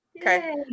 Okay